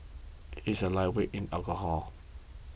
he is a lightweight in alcohol